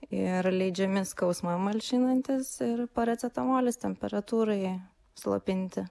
ir leidžiami skausmą malšinantys ir paracetamolis temperatūrai slopinti